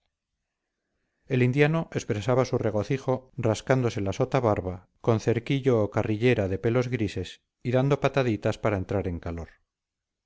el indiano expresaba su regocijo rascándose la sotabarba con cerquillo o carrillera de pelos grises y dando pataditas para entrar en calor